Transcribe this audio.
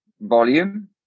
volume